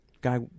Guy